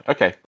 Okay